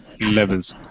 levels